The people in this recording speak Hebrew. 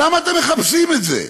למה אתם מחפשים את זה?